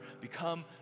become